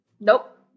Nope